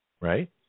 right